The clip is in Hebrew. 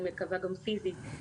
אני מקווה גם פיזית,